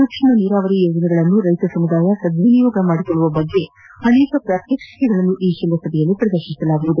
ಸೂಕ್ಷ್ಮ ನೀರಾವರಿ ಯೋಜನೆಗಳನ್ನು ರೈತ ಸಮುದಾಯ ಸದ್ವಿನಿಯೋಗ ಮಾಡಿಕೊಳ್ಳುವ ಬಗ್ಗೆ ಅನೇಕ ಪ್ರಾತ್ವಕ್ಷಿಕೆಗಳನ್ನು ಈ ಶೃಂಗಸಭೆಯಲ್ಲಿ ಪ್ರದರ್ಶಿಸಲಾಗುವುದು